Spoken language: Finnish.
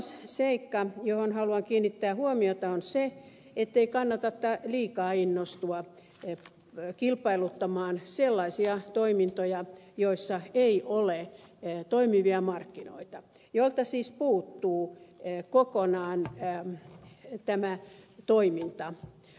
kolmas seikka johon haluan kiinnittää huomiota on se ettei kannata liikaa innostua kilpailuttamaan sellaisia toimintoja joissa ei ole toimivia markkinoita joilta siis puuttuu kokonaan tämä toiminta